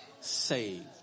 saved